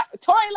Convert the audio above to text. Tory